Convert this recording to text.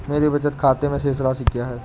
मेरे बचत खाते में शेष राशि क्या है?